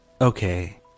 Okay